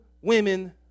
women